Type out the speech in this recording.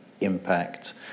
impact